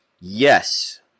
yes